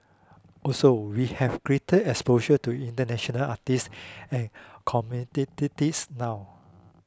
also we have greater exposure to international artist and now